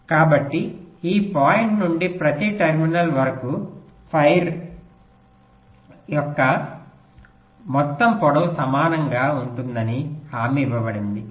కాబట్టి ఈ పాయింట్ నుండి ప్రతి టెర్మినల్స్ వరకు వైర్ యొక్క మొత్తం పొడవు సమానంగా ఉంటుందని హామీ ఇవ్వబడింది